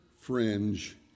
fringe